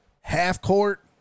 half-court